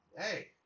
hey